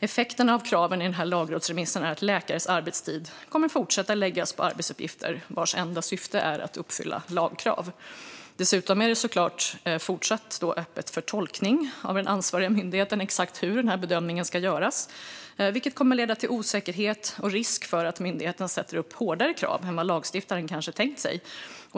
effekterna av kraven i denna lagrådsremiss är att läkares arbetstid kommer att fortsätta att läggas på arbetsuppgifter vars enda syfte är att uppfylla lagkrav. Dessutom är det såklart fortsatt öppet för tolkning av den ansvariga myndigheten exakt hur denna bedömning ska göras, vilket kommer att leda till osäkerhet och risk för att myndigheten sätter upp hårdare krav än vad lagstiftaren kanske tänkt sig.